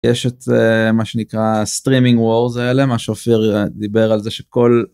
יש את מה שנקרא streaming wars האלה מה שופיר דיבר על זה שכל.